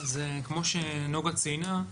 כמו שנגה ציינה,